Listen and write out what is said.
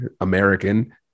American